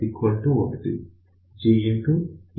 PinPsat1 GexpG